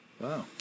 Wow